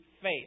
faith